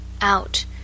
out